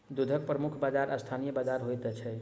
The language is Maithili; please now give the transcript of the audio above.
दूधक प्रमुख बाजार स्थानीय बाजार होइत छै